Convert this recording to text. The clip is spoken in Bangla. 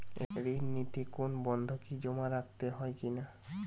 ঋণ নিতে কোনো বন্ধকি জমা রাখতে হয় কিনা?